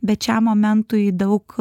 bet šiam momentui daug